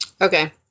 Okay